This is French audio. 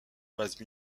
base